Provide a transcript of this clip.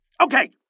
Okay